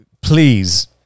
please